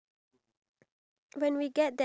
ya true